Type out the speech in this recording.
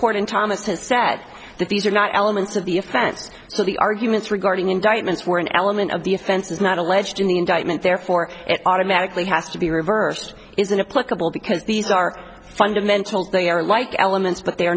court in thomas has said that these are not elements of the offense so the arguments regarding indictments were an element of the offense is not alleged in the indictment therefore it automatically has to be reversed isn't a political because these are fundamental they are like elements but they